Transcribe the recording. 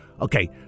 Okay